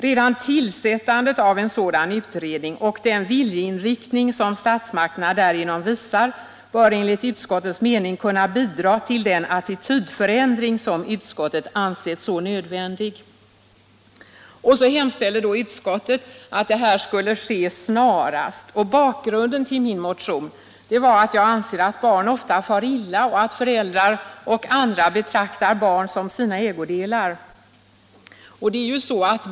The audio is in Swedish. Redan tillsättandet av en sådan utredning och den viljeinriktning som statsmakterna därigenom visar bör enligt utskottets mening kunna bidra till den attitydförändring som utskottet ansett så nödvändig.” Utskottet hemställde därefter att arbetsgruppen skulle tillsättas snarast. Bakgrunden till min motion var att barn ofta far illa och att föräldrar betraktar barn som sina ägodelar.